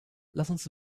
lasst